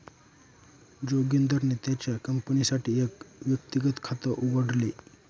जोगिंदरने त्याच्या कंपनीसाठी एक व्यक्तिगत खात उघडले